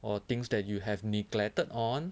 or things that you have neglected on